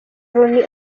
loni